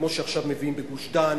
כמו שעכשיו מביאים בגוש-דן